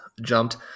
jumped